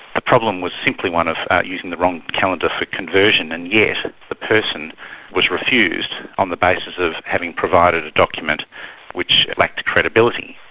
the problem was simply one of using the wrong calendar for conversion, and yet the person was refused on the basis of having provided a document which lacked credibility.